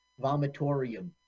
Vomitorium